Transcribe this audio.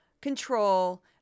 control